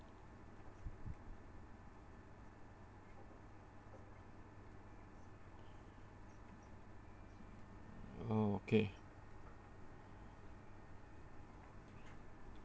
ha okay